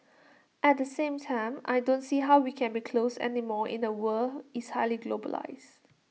at the same time I don't see how we can be closed anymore in A world is highly globalised